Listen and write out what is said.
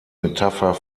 metapher